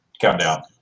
countdown